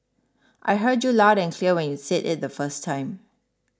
I heard you loud and clear when you said it the first time